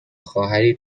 خواهری